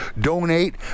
donate